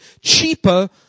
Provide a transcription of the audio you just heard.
cheaper